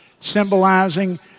symbolizing